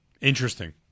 interesting